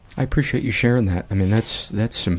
i appreciate you sharing that. i mean, that's, that's some,